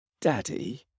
Daddy